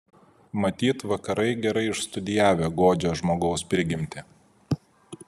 matyt vakarai gerai išstudijavę godžią žmogaus prigimtį